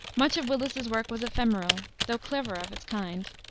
much of willis's work was ephemeral, though clever of its kind,